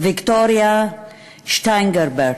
ויקטוריה שטיינגרברט,